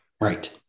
right